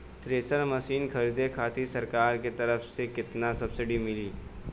Thresher machine खरीदे खातिर सरकार के तरफ से केतना सब्सीडी मिली?